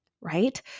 right